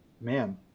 man